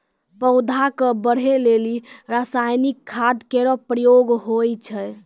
पौधा क बढ़ै लेलि रसायनिक खाद केरो प्रयोग होय छै